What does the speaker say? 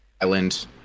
island